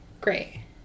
great